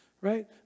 right